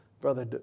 Brother